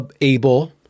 able—